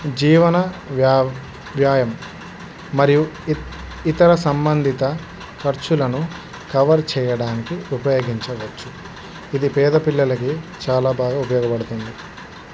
జీవన వ్యా వ్యాయామం మరియు ఇ ఇతర సంబంధిత ఖర్చులను కవర్ చెయ్యడానికి ఉపయోగించవచ్చుఇది పేద పిల్లలకి చాలా బాగా ఉపయోగపడుతుంది